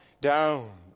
down